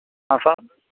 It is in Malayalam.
ആ സാർ